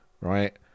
right